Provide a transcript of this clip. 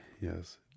Yes